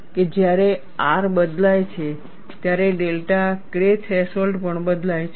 કે જ્યારે R બદલાય છે ત્યારે ડેલ્ટા K થ્રેશોલ્ડ પણ બદલાય છે